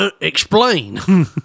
explain